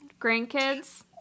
grandkids